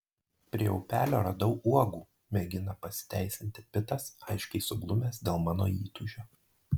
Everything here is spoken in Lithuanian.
prie upelio radau uogų mėgina pasiteisinti pitas aiškiai suglumęs dėl mano įtūžio